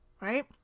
right